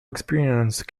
experience